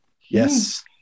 Yes